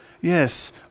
yes